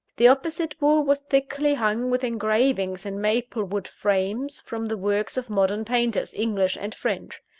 the opposite wall was thickly hung with engravings in maple-wood frames from the works of modern painters, english and french.